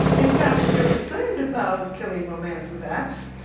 in fact, if you're concerned about killing romance with apps,